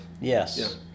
Yes